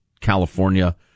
California